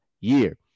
year